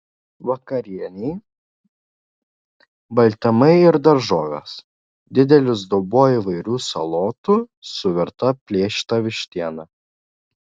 vakarienei baltymai ir daržovės didelis dubuo įvairių salotų su virta plėšyta vištiena